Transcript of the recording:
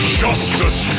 justice